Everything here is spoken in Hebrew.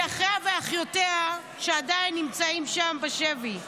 אחיה ואחיותיה שעדיין נמצאים שם בשבי.